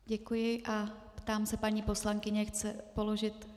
Děkuji a ptám se paní poslankyně, chce položit...